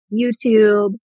YouTube